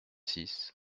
six